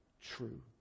true